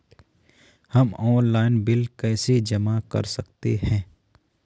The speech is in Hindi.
हम ऑनलाइन बिल कैसे जमा कर सकते हैं?